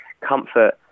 comfort